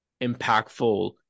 impactful